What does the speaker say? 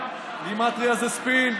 גימטרייה זה ספין,